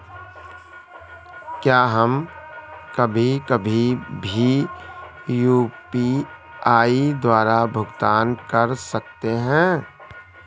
क्या हम कभी कभी भी यू.पी.आई द्वारा भुगतान कर सकते हैं?